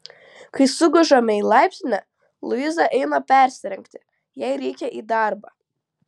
kai sugužame į laiptinę luiza eina persirengti jai reikia į darbą